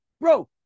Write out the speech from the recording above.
Bro